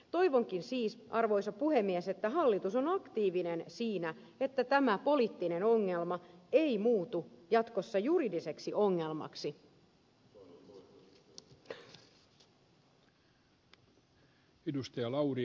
toivonkin siis arvoisa puhemies että hallitus on aktiivinen siinä että tämä poliittinen ongelma ei muutu jatkossa juridiseksi ongelmaksi